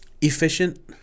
efficient